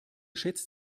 schätzt